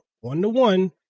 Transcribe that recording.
one-to-one